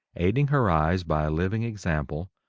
aiding her eyes by a living example,